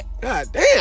goddamn